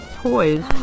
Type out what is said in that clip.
toys